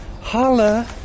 Holla